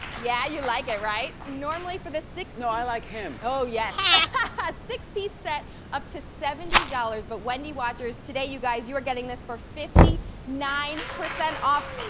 yeah, you like it, right? normally for the six? no, i like him. oh yes. a six piece set up to seventy dollars. but wendy watchers, today, you guys, you are getting this for fifty nine percent off.